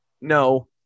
no